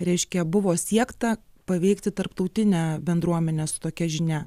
reiškia buvo siekta paveikti tarptautinę bendruomenę su tokia žinia